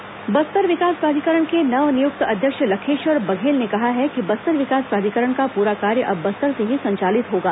बविप्रा बैठक बस्तर विकास प्राधिकरण के नव नियुक्त अध्यक्ष लखेश्वर बघेल ने कहा है कि बस्तर विकास प्राधिकरण का पूरा कार्य अब बस्तर से ही संचालित होगा